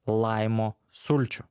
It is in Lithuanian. laimo sulčių